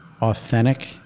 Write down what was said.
authentic